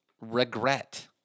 regret